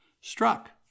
struck